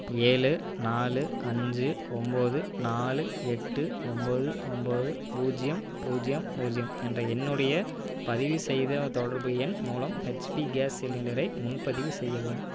ஏழு நாலு அஞ்சு ஒம்பது நாலு எட்டு ஒம்பது ஒம்பது பூஜ்ஜியம் பூஜ்ஜியம் பூஜ்ஜியம் என்ற என்னுடைய பதிவு செய்த தொடர்பு எண் மூலம் ஹெச்பி கேஸ் சிலிண்டரை முன்பதிவு செய்யவும்